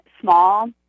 small